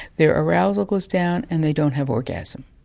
their arousal goes down and they don't have orgasm.